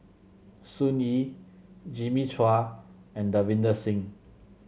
Sun Yee Jimmy Chua and Davinder Singh